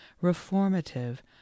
reformative